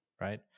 right